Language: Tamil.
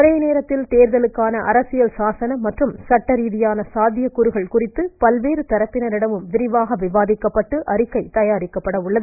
ஒரே நேரத்தில் தேர்தலுக்கான அரசியல் சாசன மற்றும் சட்டரீதியான சாத்தியக்கூறுகள் குறித்து பல்வேறு தரப்பினாிடமும் விரிவாக விவாதிக்கப்பட்டு அறிக்கை தயாரிக்கப்பட உள்ளது